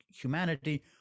humanity